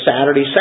Saturday